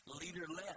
leaderless